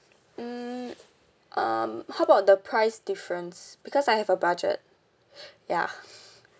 hmm um how about the price difference because I have a budget ya